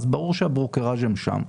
אז ברור שהברוקראז' הם שם,